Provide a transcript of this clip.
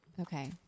okay